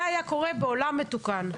זה היה קורה בעולם מתוקן.